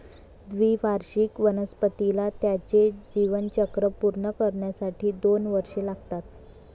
द्विवार्षिक वनस्पतीला त्याचे जीवनचक्र पूर्ण करण्यासाठी दोन वर्षे लागतात